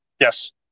Yes